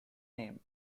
name